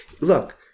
look